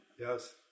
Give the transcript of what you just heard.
Yes